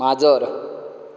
माजर